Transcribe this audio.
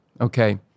Okay